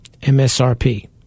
MSRP